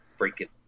freaking